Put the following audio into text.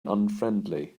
unfriendly